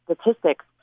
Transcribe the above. statistics